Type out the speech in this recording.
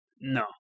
No